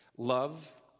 Love